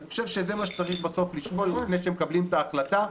אני חושב שזה מה שצריך בסוף לשקול לפני שמקבלים את ההחלטה,